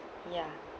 ya